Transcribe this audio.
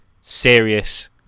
serious